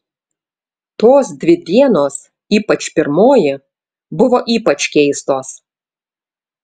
tos dvi dienos ypač pirmoji buvo ypač keistos